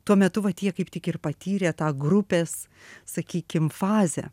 tuo metu vat jie kaip tik ir patyrė tą grupės sakykim fazę